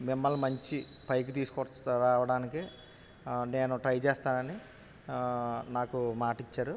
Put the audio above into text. మిమ్మల్ని మంచి పైకి తీసుకు రావడానికి నేను ట్రై చేస్తానని నాకు మాటిచ్చారు